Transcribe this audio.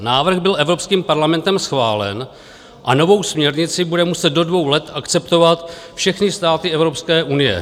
Návrh byl evropským parlamentem schválen a novou směrnici budou muset do dvou let akceptovat všechny státy Evropské unie.